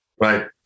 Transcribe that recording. Right